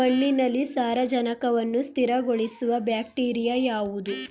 ಮಣ್ಣಿನಲ್ಲಿ ಸಾರಜನಕವನ್ನು ಸ್ಥಿರಗೊಳಿಸುವ ಬ್ಯಾಕ್ಟೀರಿಯಾ ಯಾವುದು?